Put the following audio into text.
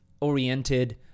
oriented